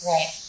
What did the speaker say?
Right